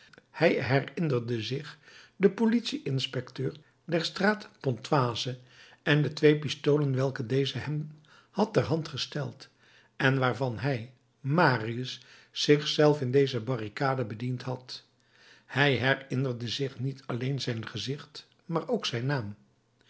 hij herinnerde zich den politie inspecteur der straat pontoise en de twee pistolen welke deze hem had ter hand gesteld en waarvan hij marius zich zelf in deze barricade bediend had hij herinnerde zich niet alleen zijn gezicht maar ook zijn naam